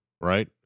Right